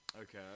Okay